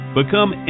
Become